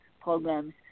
programs